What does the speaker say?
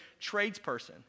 tradesperson